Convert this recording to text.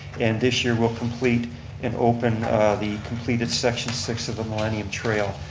and this year we'll complete an open the completed section six of the millennium trail.